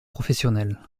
professionnel